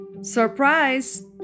Surprise